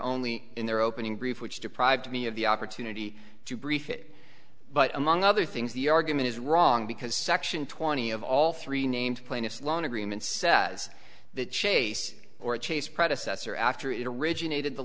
only in their opening brief which deprived me of the opportunity to brief it but among other things the argument is wrong because section twenty of all three named plaintiffs loan agreement says that chase or chase predecessor after it originated the